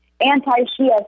anti-Shia